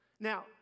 Now